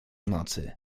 nocy